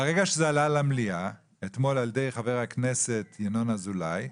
ברגע שזה עלה למליאה אתמול על ידי חבר הכנסת ינון אזולאי,